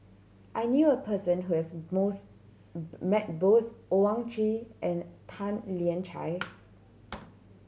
I knew a person who has met both Owyang Chi and Tan Lian Chye